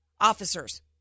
officers